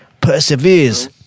perseveres